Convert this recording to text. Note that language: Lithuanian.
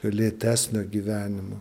lėtesnio gyvenimo